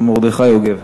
מרדכי יוגב.